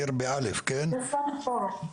יש לנו פורום,